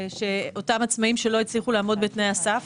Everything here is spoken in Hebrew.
אותם עצמאים שלא הצליחו לעמוד בתנאי הסף.